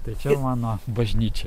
tai čia mano bažnyčia